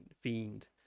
fiend